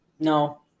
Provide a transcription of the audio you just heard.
No